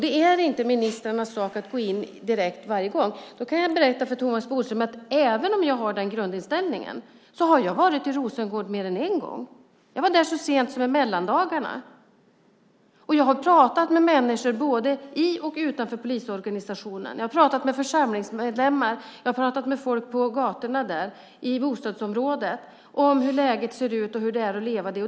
Det är inte ministrarnas sak att varje gång direkt gå in. Jag kan berätta för Thomas Bodström att jag, även om jag har den här grundinställningen, mer än en gång har varit i Rosengård. Så sent som i mellandagarna var jag där, och jag har pratat med människor både inom och utanför polisorganisationen. Jag har även pratat med församlingsmedlemmar och med folk på gatorna där nere och i bostadsområdet om hur läget är och om hur det är att leva där.